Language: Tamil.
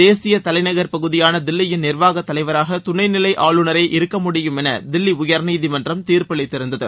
தேசிய தலைநகர் பகுதியான தில்லியின் நிர்வாக தலைவராக துணை நிலை ஆளுநரே இருக்க முடியும் என தில்லி உயர்நீதிமன்றம் தீர்ப்பளித்திருந்தது